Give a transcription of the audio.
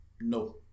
No